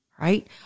Right